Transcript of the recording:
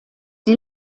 die